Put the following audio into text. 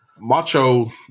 Macho